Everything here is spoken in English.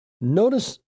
Notice